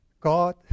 God